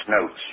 notes